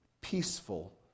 Peaceful